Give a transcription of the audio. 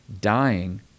dying